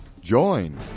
Join